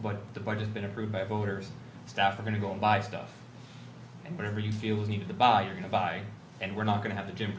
but the budget been approved by voters staff are going to go and buy stuff and whatever you feel we need to buy you can buy and we're not going to have a gym